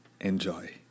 Enjoy